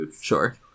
Sure